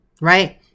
right